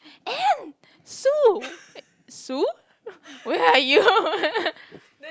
Anne sue where are you